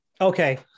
okay